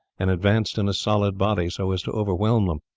and advanced in a solid body so as to overwhelm them.